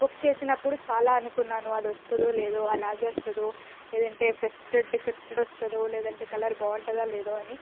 book చేసినప్పుడు చాలా అనుకున్నాను అది వస్లేతుందోదో అలాగో వస్తుందో లేదంటే డిఫెక్టడ్ వస్తుందో లేదంటే కలర్ బాగుంటుందా లేదా అని